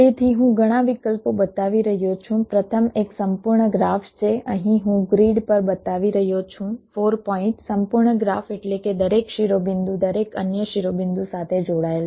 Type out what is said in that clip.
તેથી હું ઘણા વિકલ્પો બતાવી રહ્યો છું પ્રથમ એક સંપૂર્ણ ગ્રાફ છે અહીં હું ગ્રીડ પર બતાવી રહ્યો છું 4 પોઈન્ટ સંપૂર્ણ ગ્રાફ એટલે કે દરેક શિરોબિંદુ દરેક અન્ય શિરોબિંદુ સાથે જોડાયેલ છે